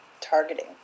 targeting